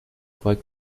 پاک